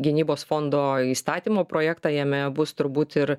gynybos fondo įstatymo projektą jame bus turbūt ir